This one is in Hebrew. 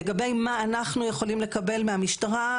לגבי מה אנחנו יכולים לקבל מהמשטרה,